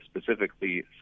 specifically